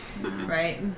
Right